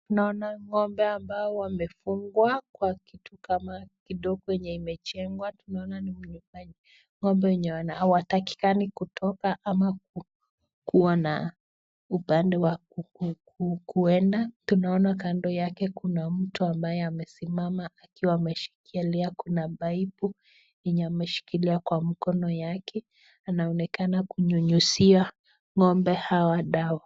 Naona ng'ombe ambao wamefungwa kwa kitu kama kidogo yenye imejengwa. Tunaona ni manyumba ya ng'ombe yenye hawatakikani kutoka ama kuwa na upande wa kwenda. Tunaona kando yake kuna mtu ambaye amesimama akiwa ameshikilia kuna paipu yenye ameshikilia kwa mkono yake. Anaonekana kunyunyizia ng'ombe hawa dawa.